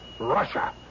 Russia